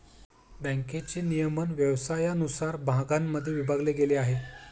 बँकेचे नियमन व्यवसायानुसार भागांमध्ये विभागले गेले आहे